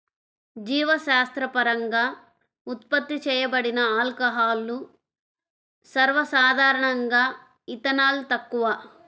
జీవశాస్త్రపరంగా ఉత్పత్తి చేయబడిన ఆల్కహాల్లు, సర్వసాధారణంగాఇథనాల్, తక్కువ